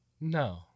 no